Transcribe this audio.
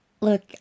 look